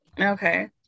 okay